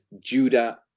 Judah